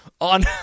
on